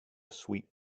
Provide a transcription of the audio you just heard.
sweet